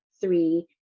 three